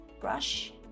brush